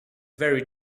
very